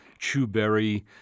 Chewberry